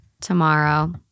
tomorrow